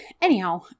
anyhow